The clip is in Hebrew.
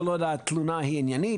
כל עוד התלונה היא עניינית